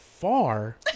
Far